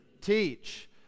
teach